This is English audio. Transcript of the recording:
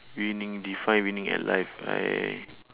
winning define winning at life I